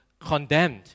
condemned